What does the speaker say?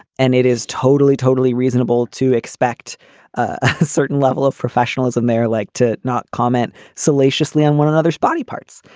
and it is totally, totally reasonable to expect a certain level of professionalism there. like to not comment. salaciously on one another's body parts.